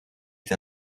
été